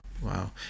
wow